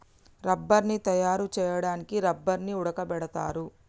రబ్బర్ని తయారు చేయడానికి రబ్బర్ని ఉడకబెడతారు